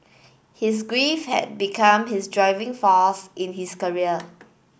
his grief had become his driving force in his career